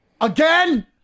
again